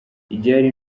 igihari